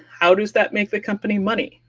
how does that make the company money?